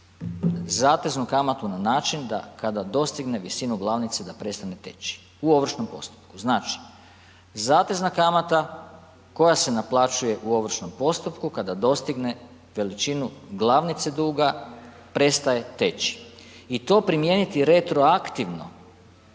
zateznu kamatu na način da kada dostigne visinu glavnice da prestane teći u ovršnom postupku. Znači, zatezna kamata koja se naplaćuje u ovršnom postupku kada dostigne veličinu glavnice duga, prestaje teći i to primijeniti retroaktivno,